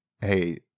hey